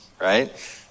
right